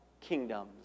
kingdoms